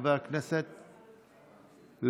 חבר הכנסת לוין,